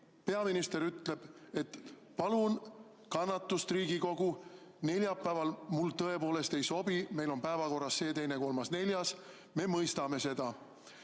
peaminister ütleb, et palun kannatust, Riigikogu, neljapäeval mulle tõepoolest ei sobi, meil on päevakorras see, teine, kolmas, neljas, siis me mõistame seda.